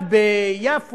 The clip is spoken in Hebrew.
יהודי שנולד באלסקה,